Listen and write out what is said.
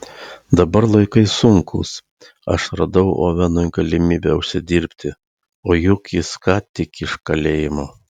dabar laikai sunkūs aš radau ovenui galimybę užsidirbti o juk jis ką tik iš kalėjimo